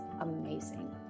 amazing